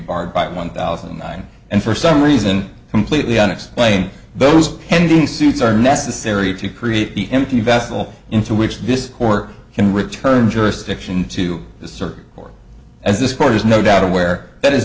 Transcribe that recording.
barred by one thousand nine and for some reason completely unexplained those pending suits are necessary to create the empty vessel into which this court can return jurisdiction to the circuit court as this court is no doubt aware that is